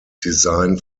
design